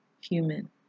human